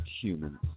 humans